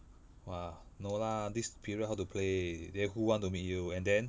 !wah! no lah this period how to play then who want to meet you and then